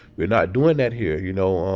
we're not doing that here, you know?